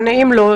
אם לא,